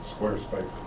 Squarespace